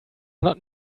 not